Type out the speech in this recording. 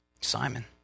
Simon